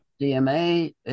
DMA